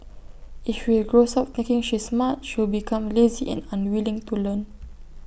if he grows up thinking she's smart she'll become lazy and unwilling to learn